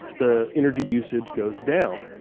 the energy usage goes down,